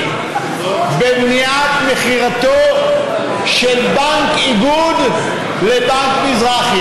במניעת מכירתו של בנק איגוד לבנק מזרחי.